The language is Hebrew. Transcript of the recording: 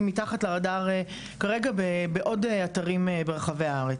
מתחת לרדאר כרגע בעוד אתרים ברחבי הארץ.